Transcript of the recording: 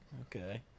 Okay